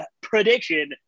prediction